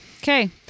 Okay